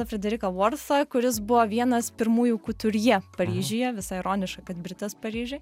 frederiką vorsą kuris buvo vienas pirmųjų kuturje paryžiuje visai ironiška kad britas paryžiuj